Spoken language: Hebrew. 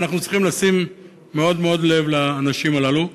ואנחנו צריכים מאוד מאוד לשים לב לאנשים הללו.